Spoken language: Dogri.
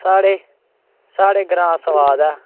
साढ़े साढ़े ग्रां सोआद ऐ